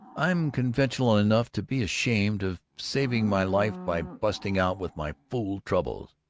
i'm conventional enough to be ashamed of saving my life by busting out with my fool troubles!